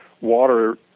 water